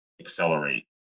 accelerate